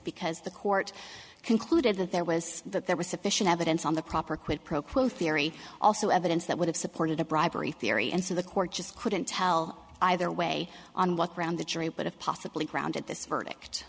because the court concluded that there was that there was sufficient evidence on the proper quid pro quo theory also evidence that would have supported the bribery theory and so the court just couldn't tell either way on what ground the jury would have possibly ground at this verdict